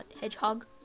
hedgehog